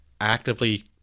actively